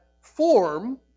form